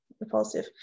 repulsive